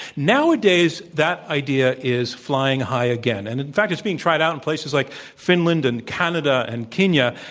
nowadays, that idea is flying high again. and in fact, it's being tried out in places like finland and canada and kenya,